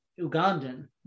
Ugandan